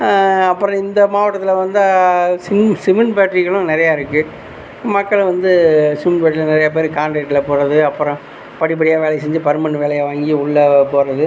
அப்புறம் இந்த மாவட்டத்தில் வந்து சிமு சிமண்ட் ஃபேக்ட்ரிகளும் நிறையாருக்கு மக்களை வந்து சிமெண்ட் ஃபேக்ட்ரியில் நெறைய பேர் காண்ட்ரேக்ட்டில் போகிறது அப்புறம் படி படியாக வேலையை செஞ்சு பர்மனெண்ட் வேலையாக வாங்கி உள்ளே போகிறது